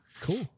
Cool